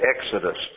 Exodus